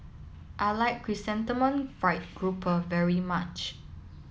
I like Chrysanthemum Fried Grouper very much